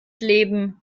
leben